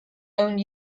own